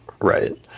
Right